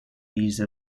these